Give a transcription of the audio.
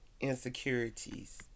Insecurities